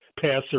passer